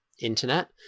internet